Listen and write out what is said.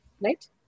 Right